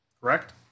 Correct